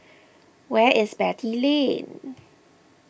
where is Beatty Lane